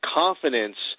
confidence